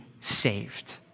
saved